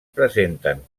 presenten